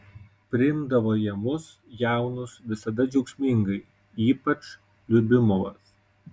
priimdavo jie mus jaunus visada džiaugsmingai ypač liubimovas